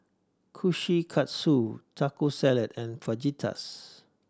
Kkushikatsu Taco Salad and Fajitas